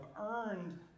earned